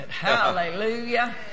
Hallelujah